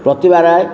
Pratibha Ray